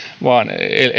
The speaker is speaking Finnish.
vaan